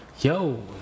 Yo